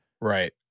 right